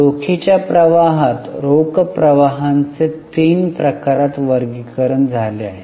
रोखीच्या प्रवाहात रोख प्रवाहांचे तीन प्रकारात वर्गीकरण झाले आहे